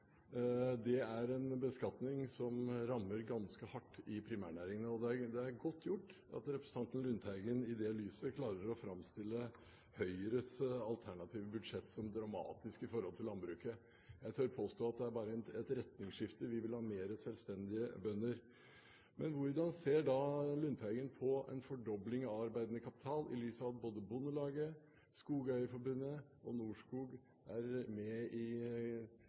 Det er en beskatning som rammer ganske hardt i primærnæringene. Og det er godt gjort at representanten Lundteigen i lys av det klarer å framstille Høyres alternative budsjett som dramatisk i forhold til landbruket. Jeg tør påstå at det bare er et retningsskifte. Vi vil ha mer selvstendige bønder. Men hvordan ser da Lundteigen på en fordobling av formuesskatten på arbeidende kapital i lys av at både Bondelaget, Skogeierforbundet og Norskog er med i